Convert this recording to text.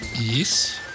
Yes